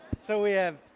so we have,